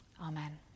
Amen